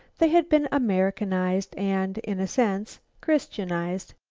they had been americanized and, in a sense, christianized.